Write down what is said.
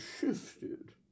shifted